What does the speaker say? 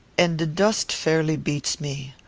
and the dust fairly beats me.